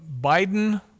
Biden